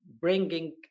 bringing